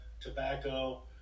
Tobacco